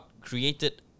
created